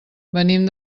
venim